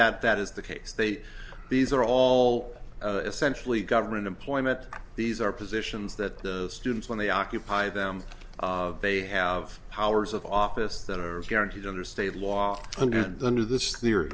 that that is the case they these are all essentially government employment these are positions that the students when they occupy them they have powers of office that are guaranteed under state law under and under this theory